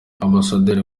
ambasaderi